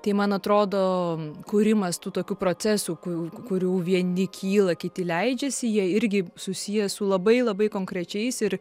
tai man atrodo kūrimas tų tokių procesų ku kurių vieni kyla kiti leidžiasi jie irgi susiję su labai labai konkrečiais ir